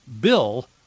bill